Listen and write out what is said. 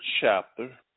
chapter